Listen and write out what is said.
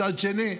מצד שני,